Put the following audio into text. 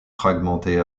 fragmentée